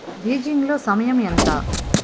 బీజింగ్లో సమయం ఎంత